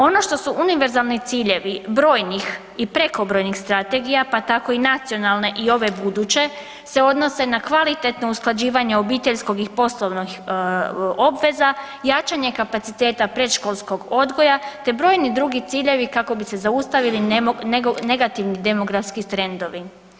Ono što su univerzalni ciljevi brojnih i prekobrojnih strategija, pa tako i nacionalni i ove buduće se odnose na kvalitetno usklađivanje obiteljskog i poslovnih obveza, jačanje kapaciteta predškolskog odgoja te brojni drugi ciljevi kako bi se zaustavili negativni demografski trendovi.